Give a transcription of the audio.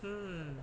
mm